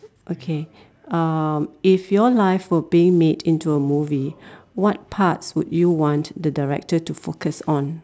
okay um if your life were being made into a movie what parts would you want the director to focus on